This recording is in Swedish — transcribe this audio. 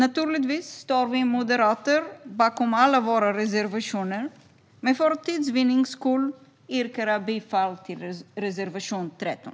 Naturligtvis står vi moderater bakom alla våra reservationer, men för tids vinnande yrkar jag bifall endast till reservation 13.